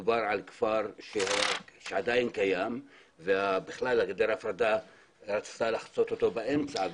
מדובר על כפר שעדיין קיים ובכלל גדר ההפרדה רצתה לחצות אותו באמצע.